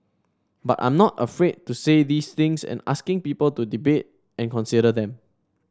but I'm not afraid to say these things and asking people to debate and consider them